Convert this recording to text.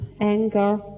anger